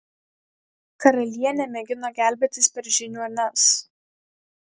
karalienė mėgino gelbėtis per žiniuones